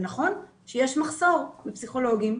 זה נכון שיש מחסור בפסיכולוגים,